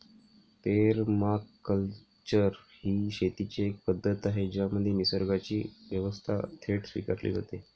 permaculture ही शेतीची एक पद्धत आहे ज्यामध्ये निसर्गाची व्यवस्था थेट स्वीकारली जाते